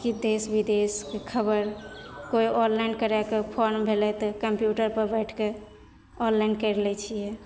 की देश बिदेशके खबर कोइ ऑनलाइन करै के फोन भेलै तऽ कम्प्यूटर पर बैठके ऑनलाइन करि लै छियै